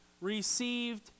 received